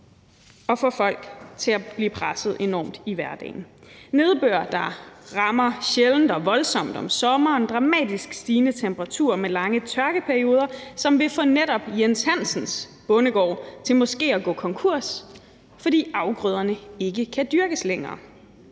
presser folk enormt i hverdagen. Der vil være nedbør, der rammer sjældent, men voldsomt om sommeren, og der vil være dramatisk stigende temperaturer med lange tørkeperioder, som vil få netop Jens Hansens bondegård til måske at gå konkurs, fordi afgrøderne ikke kan dyrkes længere.